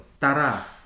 Tara